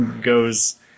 goes